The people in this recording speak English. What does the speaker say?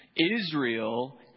Israel